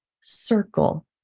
circle